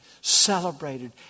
celebrated